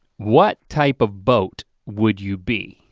what type of boat would you be?